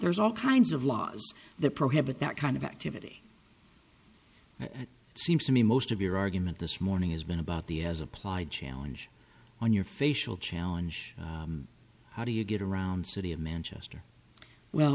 there's all kinds of laws that prohibit that kind of activity seems to me most of your argument this morning has been about the as applied challenge on your facial challenge how do you get around the city of manchester well